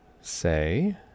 say